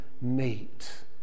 meet